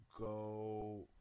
go